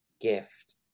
gift